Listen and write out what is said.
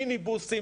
מיניבוסים,